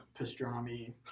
pastrami